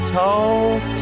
talk